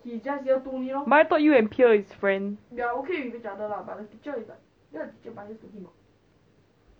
but I thought you and pierre is friend